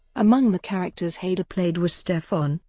among the characters hader played was stefon,